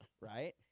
right